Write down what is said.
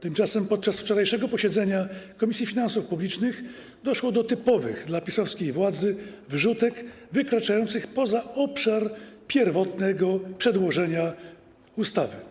Tymczasem podczas wczorajszego posiedzenia Komisji Finansów Publicznych doszło do typowych dla PiS-owskiej władzy wrzutek wykraczających poza obszar pierwotnego rządowego przedłożenia ustawy.